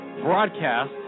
broadcast